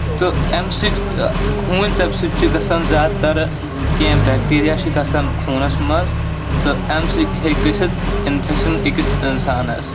تہٕ اَمہِ سۭتۍ ہوٗن ژوٚپہِ چھِ گژھان زیادٕ تَر کینٛہہ بیکٹیٖریا چھِ گژھان خوٗنَس منٛز تہٕ اَمہِ سۭتۍ ہیٚکہِ گٔژھِتھ اِنفیکشَن أکِس اِنسانَس